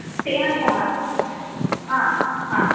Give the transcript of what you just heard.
तेन सह हाँ हाँ